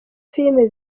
filime